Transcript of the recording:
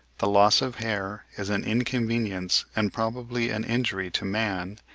the loss of hair is an inconvenience and probably an injury to man,